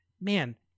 man